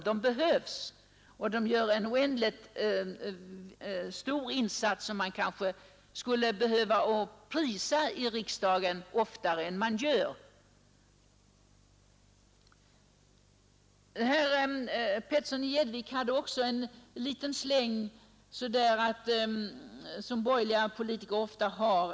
De behövs och de gör en stor insats som man egentligen oftare än vad som är fallet borde prisa i riksdagen. Herr Petersson i Gäddvik gav också en liten släng av det slag som borgerliga politiker ofta gör.